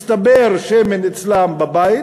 מצטבר שמן אצלם בבית